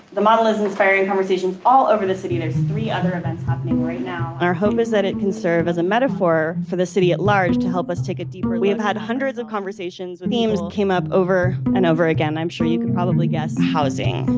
the model is inspiring conversations all over the city. there's three other events happening right now our hope is that it can serve as a metaphor for the city at large to help us take a deeper, we have had hundreds of conversations, themes came up over and over again. i'm sure you could probably guess. housing,